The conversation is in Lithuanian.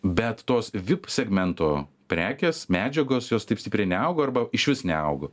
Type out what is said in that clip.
bet tos vip segmento prekės medžiagos jos taip stipriai neaugo arba išvis neaugo